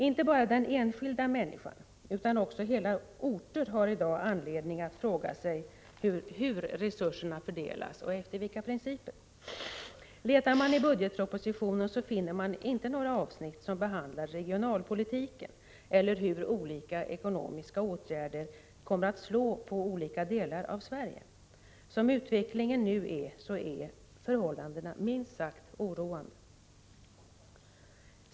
Inte bara enskilda människor utan också hela orter har i dag anledning att fråga sig hur och efter vilka principer resurserna fördelas. Letar man i budgetpropositionen finner man inte några avsnitt som behandlar regionalpolitiken eller hur olika ekonomiska åtgärder kommer att slå i olika delar av Sverige. Som utvecklingen nu är, är förhållandena minst sagt oroande.